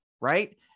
right